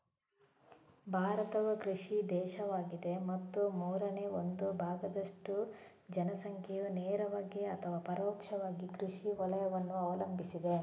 ಭಾರತವು ಕೃಷಿ ದೇಶವಾಗಿದೆ ಮತ್ತು ಮೂರನೇ ಒಂದು ಭಾಗದಷ್ಟು ಜನಸಂಖ್ಯೆಯು ನೇರವಾಗಿ ಅಥವಾ ಪರೋಕ್ಷವಾಗಿ ಕೃಷಿ ವಲಯವನ್ನು ಅವಲಂಬಿಸಿದೆ